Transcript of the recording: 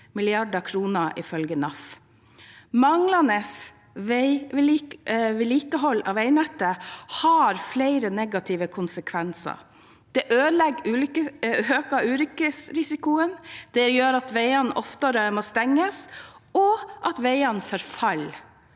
mrd. kr, ifølge NAF. Manglende vedlikehold av veinettet har flere negative konsekvenser. Det øker ulykkesrisikoen og gjør at veiene oftere må stenges, og at veiene forfaller